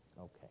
Okay